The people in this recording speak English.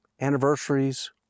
anniversaries